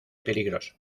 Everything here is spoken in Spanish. peligroso